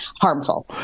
harmful